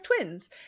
twins